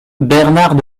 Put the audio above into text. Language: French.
bernard